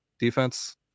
defense